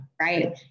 right